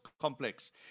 Complex